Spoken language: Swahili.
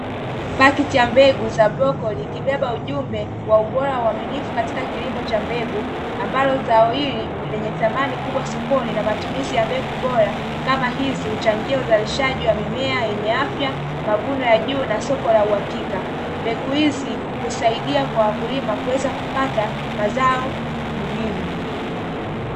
Pakiti za mbegu za brokoli likibeba ujumbe wa ubora wa uaminifu katika kilimo cha mbegu ambalo zao hili lenye thamani kubwa sokoni na matumizi ya mbegu bora kama hizi, huchangia uzalishaji wa mimea yenye afya mavuno ya juu na soko la uhakika. Mbegu hizi husaidia kwa wakulima kuweza kupata mazao muhimu.